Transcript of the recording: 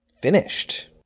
finished